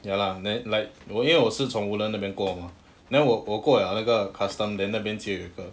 ya lah then like 我因为我是从 woodlands 那边过来 mah then 我我过了那个 custom then 那边就有一个